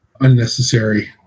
unnecessary